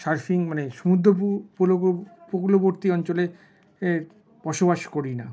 surfing মানে সমুদ্র উপকূলবর্তী অঞ্চলে বসবাস করি না